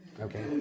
Okay